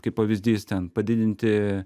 kaip pavyzdys ten padidinti